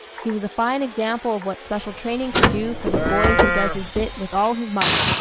he was a fine example of what special training can do for the boy who does his bit with all his might.